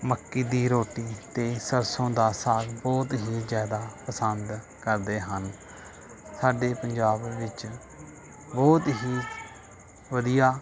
ਮੱਕੀ ਦੀ ਰੋਟੀ ਅਤੇ ਸਰਸੋਂ ਦਾ ਸਾਗ ਬਹੁਤ ਹੀ ਜ਼ਿਆਦਾ ਪਸੰਦ ਕਰਦੇ ਹਨ ਸਾਡੇ ਪੰਜਾਬ ਵਿੱਚ ਬਹੁਤ ਹੀ ਵਧੀਆ